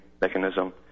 mechanism